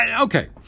Okay